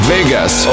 Vegas